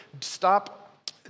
Stop